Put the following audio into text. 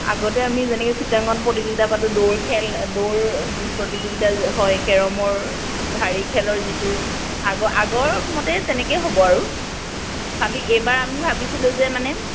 আগতে আমি যেনেকে চিত্ৰাংকণ প্ৰতিযোগিতা পাতো দৌৰ খেল দৌৰ প্ৰতিযোগিতা হয় কেৰমৰ ভাৰি খেলৰ যিটো আগৰ আগৰ মতেই তেনেকেই হ'ব আৰু খালি এইবাৰ আমি ভাবিছিলোঁ যে মানে